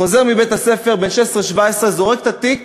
בן 16, 17, חוזר מבית-הספר, זורק את התיק